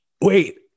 wait